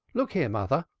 look here, mother!